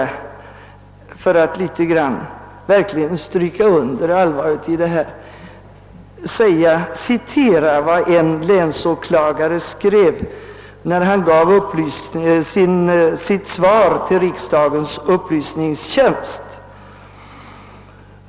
För att verkligen stryka under allvaret i detta vill jag citera vad en länsåklagare skrev i sitt svar till riksdagens upplysningstjänst.